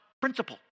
principle